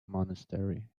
monastery